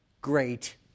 great